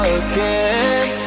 again